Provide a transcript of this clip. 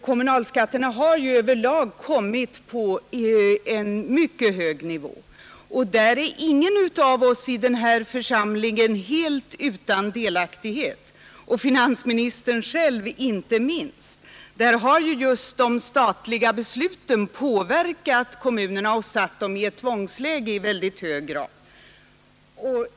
Kommunalskatterna har ju över lag kommit upp på en mycket hög nivå. Därvidlag är ingen av oss i denna församling helt utan delaktighet. Det gäller finansministern själv inte minst. De statliga besluten har påverkat kommunerna och i mycket hög grad försatt dessa i ett tvångsläge.